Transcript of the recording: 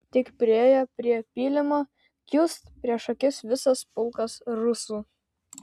tik priėjo prie pylimo kiūst prieš akis visas pulkas rusų